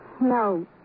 No